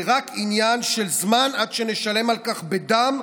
זה רק עניין של זמן עד שנשלם על כך בדם.